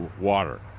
water